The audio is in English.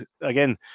again